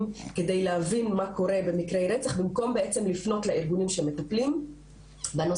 כדי להבין מה קורה במקרי רצח במקום לפנות לארגונים שמטפלים בנושא.